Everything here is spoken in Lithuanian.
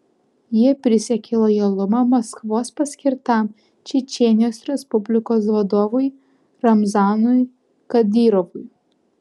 jie prisiekė lojalumą maskvos paskirtam čečėnijos respublikos vadovui ramzanui kadyrovui